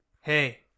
Hey